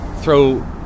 throw